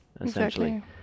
essentially